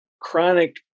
chronic